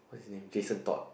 his name Jason-Todd